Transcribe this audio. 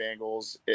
Bengals